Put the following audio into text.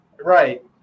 Right